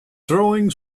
throwing